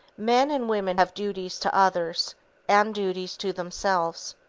men and women have duties to others and duties to themselves.